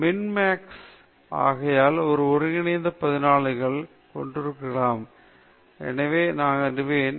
இறுதியாக நாம் உகந்த கட்டமைப்புகளைப் பெற்றுக்கொண்ட பிறகு எங்கள் ஆய்வகத்திலுள்ள இந்த காற்று சுரங்கப்பாதையைக் கண்டிருக்கிறோம் எனவே இதை எல்லாம் வைத்துள்ளோம் 15 டி